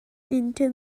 into